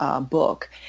book